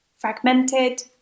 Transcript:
Fragmented